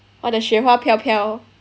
oh the 雪花飘飘